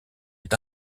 est